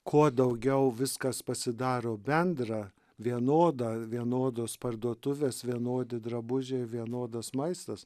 kuo daugiau viskas pasidaro bendra vienoda vienodos parduotuvės vienodi drabužiai vienodas maistas